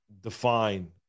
define